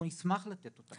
אנחנו נשמח לתת אותם.